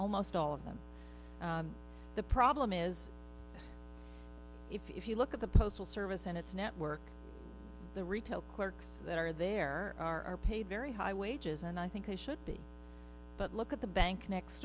almost all of them the problem is if you look at the postal service and its network the retail clerks that are there are paid very high wages and i think they should be but look at the bank next